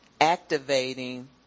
activating